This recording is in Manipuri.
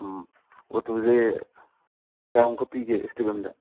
ꯎꯝ ꯑꯣꯇꯨꯁꯦ ꯀꯌꯥꯃꯨꯛꯀ ꯄꯤꯒꯦ ꯁꯇ꯭ꯔꯤꯞ ꯑꯃꯗ